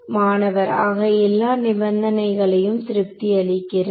மாணவர் ஆக எல்லா நிபந்தனைகளும் திருப்தி அளிக்கிறது